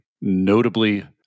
notably